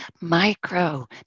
micro